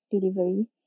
delivery